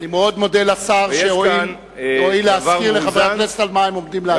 אני מאוד מודה לשר שהואיל להזכיר לחברי הכנסת על מה הם עומדים להצביע.